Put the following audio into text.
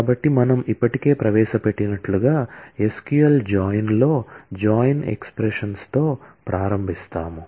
కాబట్టి మనం ఇప్పటికే ప్రవేశపెట్టినట్లుగా SQL జాయిన్లో జాయిన్ ఎక్స్ప్రెషన్స్ తో ప్రారంభిస్తాము